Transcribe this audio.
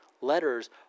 letters